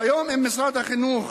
כיום, אם משרד החינוך,